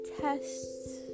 tests